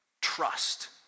trust